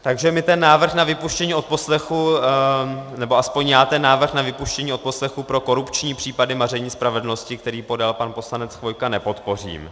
Takže my ten návrh na vypuštění odposlechů, nebo alespoň já ten návrh na vypuštění odposlechů pro korupční případy maření spravedlnosti, který podal pan poslanec Chvojka, nepodpořím.